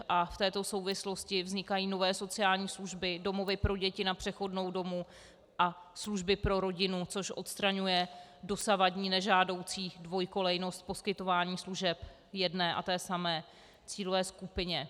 A v této souvislosti vznikají nové sociální služby, domovy pro děti na přechodnou dobu a služby pro rodinu, což odstraňuje dosavadní nežádoucí dvojkolejnost poskytování služeb jedné a té samé cílové skupině.